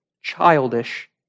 childish